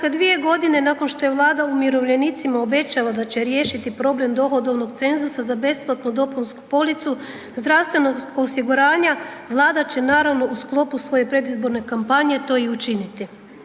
Dakle, 2.g. nakon što je Vlada umirovljenicima obećala da će riješiti problem dohodovnog cenzusa za besplatnu dopunsku policu zdravstvenog osiguranja, Vlada će naravno u sklopu svoje predizborne kampanje to i učiniti.